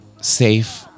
safe